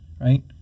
right